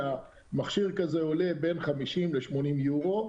מכשיר כזה עולה בין 50 ל-80 יורו,